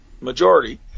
majority